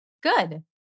Good